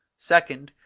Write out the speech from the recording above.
second,